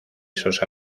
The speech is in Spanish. esos